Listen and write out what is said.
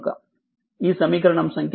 కనుక ఈ సమీకరణం సంఖ్య 9